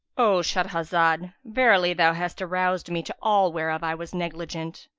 o shahrazad, verily thou hast aroused me to all whereof i was negligent!